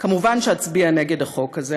מובן שאצביע נגד החוק הזה",